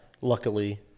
luckily